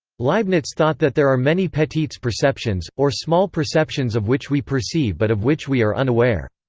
leibniz thought that there are many petites perceptions, or small perceptions of which we perceive but of which we are unaware.